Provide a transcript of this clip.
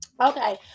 Okay